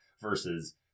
versus